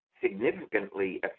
significantly